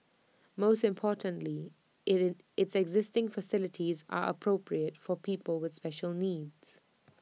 most importantly IT is its existing facilities are appropriate for people with special needs